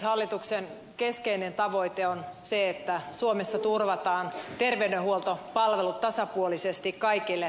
hallituksen keskeinen tavoite on se että suomessa turvataan terveydenhuoltopalvelut tasapuolisesti kaikille